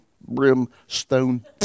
brimstone